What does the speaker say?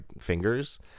fingers